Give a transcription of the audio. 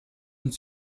und